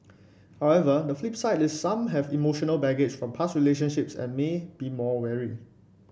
however the flip side is some have emotional baggage from past relationships and may be more wary